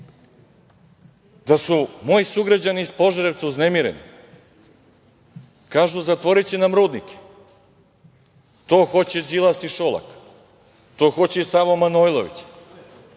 da su moji sugrađani iz Požarevca uznemireni. Kažu - zatvoriće nam rudnike. To hoće Đilas i Šolak, to hoće i Sava Manojlović,